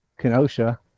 Kenosha